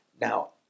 Now